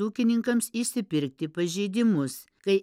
ūkininkams išsipirkti pažeidimus kai